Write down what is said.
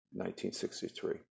1963